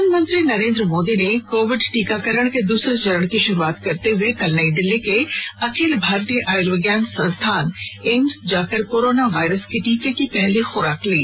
प्रधानमंत्री नरेन्द्र मोदी ने कोविड टीकाकरण के दूसरे चरण की शुरूआत करते हुए कल नई दिल्ली के अखिल भारतीय आयुर्विज्ञान संस्थान एम्स जाकर कोरोना वायरस के टीके की पहली खुराक ली